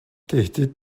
tehdit